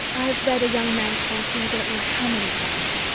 i've read a young man's fancy i don't know how many times.